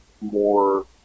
more